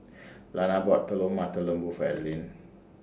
Lana bought Telur Mata Lembu For Adalyn